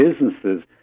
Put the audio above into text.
businesses